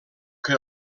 que